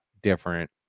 different